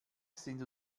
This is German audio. sind